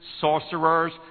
sorcerers